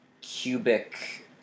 cubic